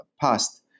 past